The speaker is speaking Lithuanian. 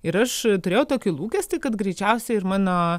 ir aš turėjau tokį lūkestį kad greičiausiai ir mano